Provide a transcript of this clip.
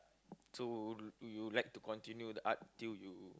so do you like to continue the art till you